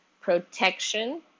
protection